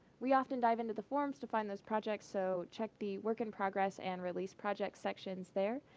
we often dive into the forums to find those projects, so check the work in progress and release project sections there.